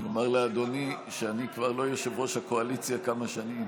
אני אומר לאדוני שאני כבר לא יושב-ראש הקואליציה כמה שנים.